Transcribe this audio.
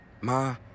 Ma